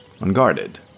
unguarded